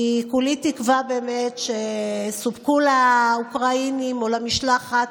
כולי תקווה, באמת, שסופקו לאוקראינים או למשלחת